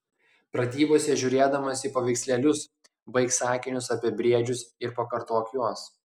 pratybose žiūrėdamas į paveikslėlius baik sakinius apie briedžius ir pakartok juos